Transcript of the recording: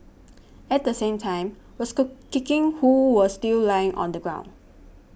at the same time was cook kicking who was still lying on the ground